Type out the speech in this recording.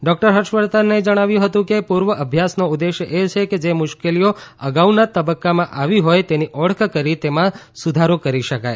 doctor હર્ષવર્ધને જણાવ્યું હતું કે પૂર્વ તૈયારીઓનો ઉદ્દેશ્ય એ છે કે જે મુશ્કલીઓ અગાઉના તબક્કામાં આવી હોય તેની ઓળખ કરી તેમાં સુધારો કરી શકાય